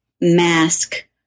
mask